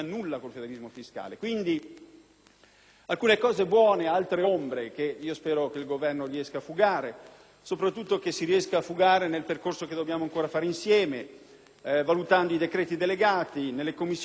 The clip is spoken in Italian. alcune cose buone e alcune ombre, che spero che il Governo riesca a fugare, soprattutto nel percorso che dobbiamo ancora fare insieme valutando i decreti delegati nelle Commissioni che li esamineranno.